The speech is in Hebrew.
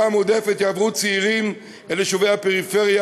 המועדפת יעברו צעירים אל יישובי הפריפריה,